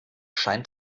scheint